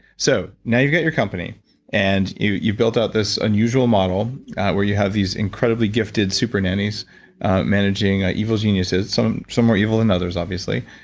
so now you get your company and you you built up this unusual model where you have these incredibly gifted super nannies managing evil geniuses, some some more evil than others, obviously.